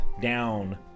down